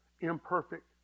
imperfect